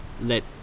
let